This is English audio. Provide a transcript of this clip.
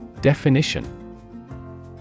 Definition